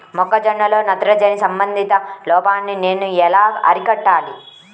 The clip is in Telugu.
మొక్క జొన్నలో నత్రజని సంబంధిత లోపాన్ని నేను ఎలా అరికట్టాలి?